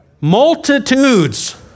Multitudes